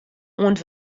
oant